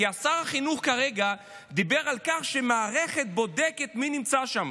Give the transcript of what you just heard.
כי שר החינוך כרגע דיבר על כך שהמערכת בודקת מי נמצא שם.